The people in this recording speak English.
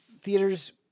theaters